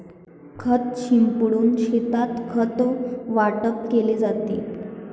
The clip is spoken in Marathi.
खत शिंपडून शेतात खत वाटप केले जाते